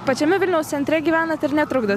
pačiame vilniaus centre gyvenat ir netrukdo